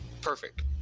perfect